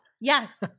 yes